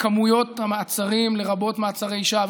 בכמויות המעצרים, לרבות מעצרי שווא.